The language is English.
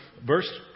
verse